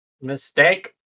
Mistake